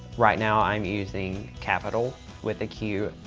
right now i'm using qapital with a q.